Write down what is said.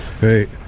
Hey